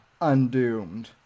Undoomed